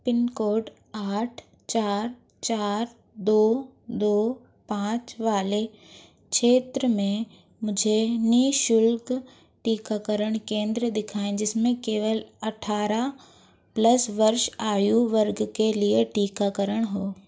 pin code आठ चार चार दो दो पाँच वाले क्षेत्र में मुझे निःशुल्क टीकाकरण केंद्र दिखाएँ जिसमें केवल अठारह प्लस वर्ष आयु वर्ग के लिए टीकाकरण हो